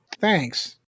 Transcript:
thanks